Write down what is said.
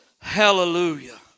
Hallelujah